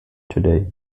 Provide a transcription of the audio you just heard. today